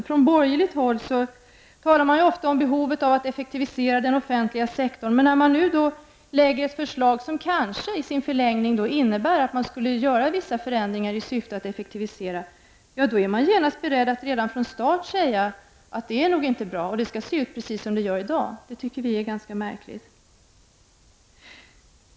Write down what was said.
Från borgerligt håll talar man ofta om behovet av att effektivisera den offentliga sektorn, men när det nu läggs fram ett förslag som kanske i sin förlängning innebär vissa förändringar i syfte att effektivisera, då är man genast beredd att redan från start säga att det är nog inte bra utan det skall se ut precis som det gör i dag. Det tycker vi är ganska märkligt.